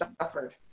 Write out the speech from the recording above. suffered